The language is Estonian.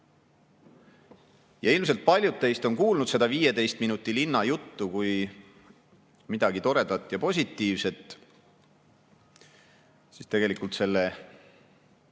Ilmselt on paljud teist kuulnud seda 15 minuti linna juttu kui midagi toredat ja positiivset. Tegelikult selle